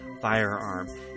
firearm